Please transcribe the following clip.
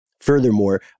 Furthermore